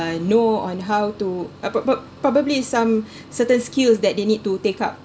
uh know on how to uh prob~ prob~ probably some certain skills that they need to take up